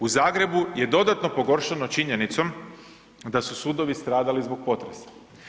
U Zagrebu je dodatno pogoršano činjenicom da su sudovi stradali zbog potresa.